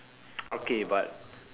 okay but